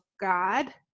God